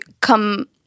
come